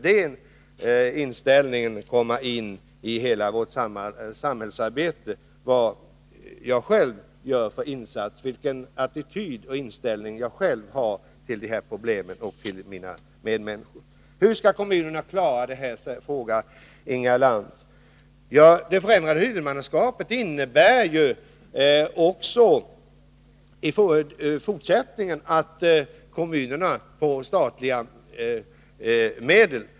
Den inställningen måste då in i hela vårt samhällsarbete, att den insats jag själv gör, den attityd jag själv har till de här problemen och till mina medmänniskor, har stor betydelse. Hur skall kommunerna klara det här arbetet, frågar Inga Lantz. Det förändrade huvudmannaskapet innebär att kommunerna också i fortsättningen får statliga medel.